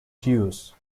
jews